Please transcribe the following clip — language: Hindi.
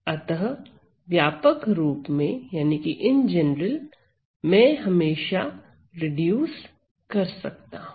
अतः व्यापक रूप में मैं हमेशा रिड्यूस कर सकता हूं